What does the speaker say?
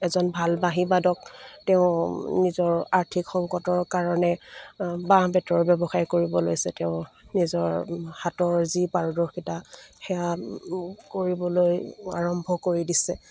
এজন ভাল বাঁহীবাদক তেওঁ নিজৰ আৰ্থিক সংকটৰ কাৰণে বাঁহ বেতৰ ব্যৱসায় কৰিব লৈছে তেওঁ নিজৰ হাতৰ যি পাৰদৰ্শিতা সেয়া কৰিবলৈ আৰম্ভ কৰি দিছে